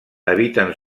habiten